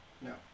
No